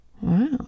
Wow